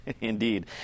Indeed